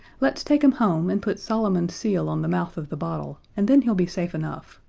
let's take him home and put solomon's seal on the mouth of the bottle, and then he'll be safe enough.